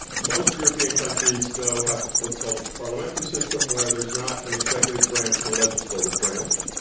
most european countries though have what's called a parliamentary system where there's not an executive branch and legislative branch,